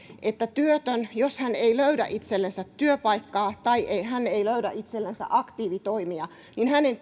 että jos työtön ei löydä itsellensä työpaikkaa tai hän ei löydä itsellensä aktiivitoimia niin hänen